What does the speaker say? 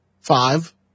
Five